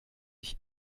ich